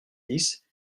dix